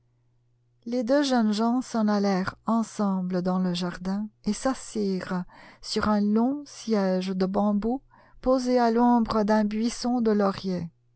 les deux jeunes gens s'en allèrent ensemble dans le jardin et s'assirent sur un long siège de bambou posé à l'ombre d'un buisson de lauriers